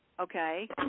okay